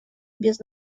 без